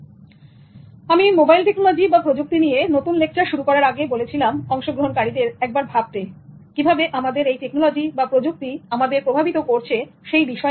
" আমি mobile technology বা প্রযুক্তি নিয়ে নতুন লেকচার শুরু করার আগে বলেছিলাম অংশগ্রহণকারীদের একবার ভাবতে কিভাবে আমাদের এই টেকনোলজি বা প্রযুক্তি আমাদের প্রভাবিত করছে সেই বিষয় নিয়ে